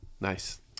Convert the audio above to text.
Nice